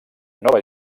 nova